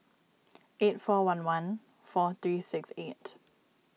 eight four one one four three six eight